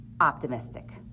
optimistic